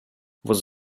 was